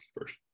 first